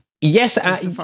Yes